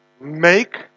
make